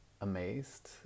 amazed